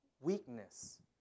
weakness